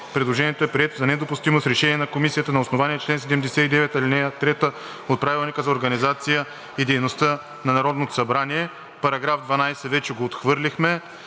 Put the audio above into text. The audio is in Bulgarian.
Предложението е прието за недопустимо с решение на Комисията на основание чл. 79, ал. 3 от Правилника за организацията и дейността на Народното събрание. Параграф 12 – вече го отхвърлихме.